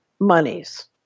monies